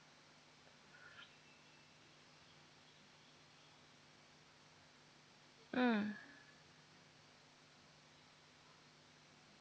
mm